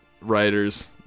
writers